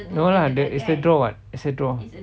no lah the it's a draw [what] it's a draw